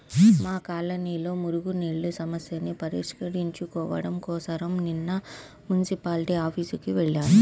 మా కాలనీలో మురుగునీళ్ళ సమస్యని పరిష్కరించుకోడం కోసరం నిన్న మున్సిపాల్టీ ఆఫీసుకి వెళ్లాను